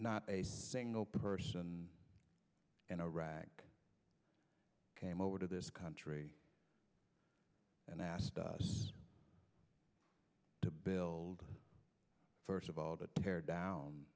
not a single person in iraq came over to this country and asked us to build first of all to tear down